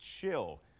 chill